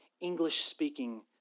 English-speaking